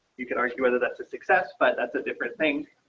you can argue whether that's a success, but that's a different thing.